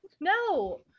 No